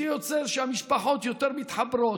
זה יוצר שהמשפחות יותר מתחברות.